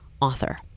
author